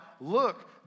Look